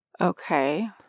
Okay